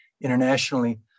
internationally